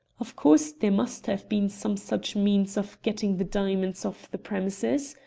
of course, there must have been some such means of getting the diamonds off the premises.